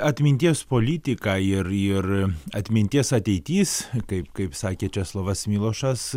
atminties politiką ir ir atminties ateitis kaip kaip sakė česlovas milošas